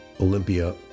Olympia